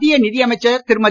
மத்திய நிதி அமைச்சர் திருமதி